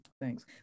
Thanks